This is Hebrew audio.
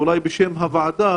אולי בשם הוועדה,